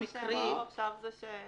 מה שאומרים עכשיו הוא ש-